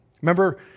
Remember